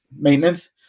maintenance